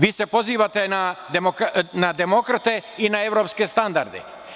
Vi se pozivate na demokrate i na evropske standarde.